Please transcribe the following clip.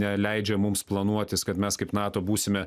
neleidžia mums planuotis kad mes kaip nato būsime